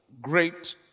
great